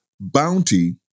bounty